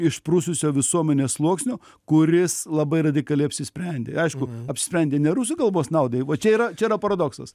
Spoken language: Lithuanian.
išprususio visuomenės sluoksnio kuris labai radikaliai apsisprendė aišku apsprendė ne rusų kalbos naudai va čia yra čia yra paradoksas